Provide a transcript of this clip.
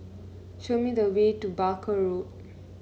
show me the way to Barker Road